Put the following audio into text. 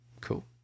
Cool